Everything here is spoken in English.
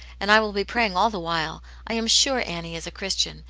and i will be praying all the while. i am sure annie is a christian,